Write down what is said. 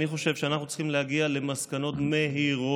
אני חושב שאנחנו צריכים להגיע למסקנות מהירות,